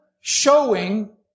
showing